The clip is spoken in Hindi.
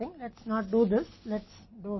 हमें यहां करने दो